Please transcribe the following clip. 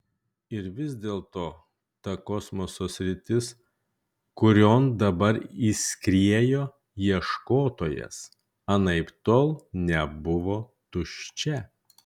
ir vis dėlto ta kosmoso sritis kurion dabar įskriejo ieškotojas anaiptol nebuvo tuščia